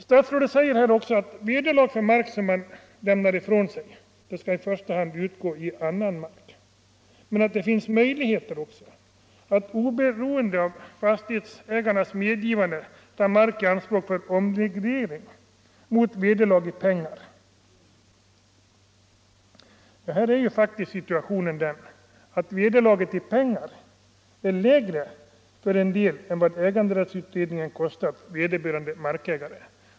Statsrådet säger att vederlag för mark som man lämnar ifrån sig i första hand skall utgå i annan mark men att det också finns möjligheter att oberoende av fastighetsägarens medgivande ta mark i anspråk för omreglering mot vederlag i pengar. Här är faktiskt situationen den att vederlaget i pengar ibland är lägre än vad äganderättsutredningen kostat vederbörande markägare.